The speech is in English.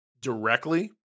directly